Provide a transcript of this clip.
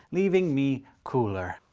leaving me cooler.